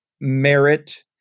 merit